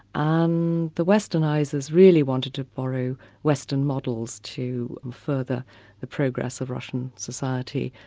um the westernisers really wanted to borrow western models to further the progress of russian society.